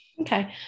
Okay